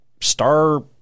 star